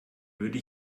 würde